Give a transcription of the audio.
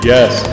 Yes